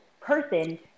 person